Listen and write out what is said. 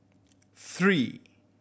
three